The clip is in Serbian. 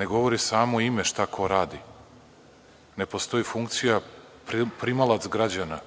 Ne govori samo ime šta ko radi. Ne postoji funkcija primalac građana.